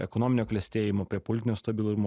ekonominio klestėjimo prie politinio stabilumo